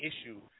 issue